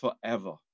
forever